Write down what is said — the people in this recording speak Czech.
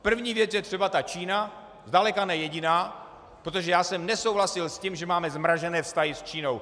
První věc je třeba ta Čína, zdaleka ne jediná, protože já jsem nesouhlasil s tím, že máme zmrazené vztahy s Čínou.